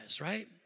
right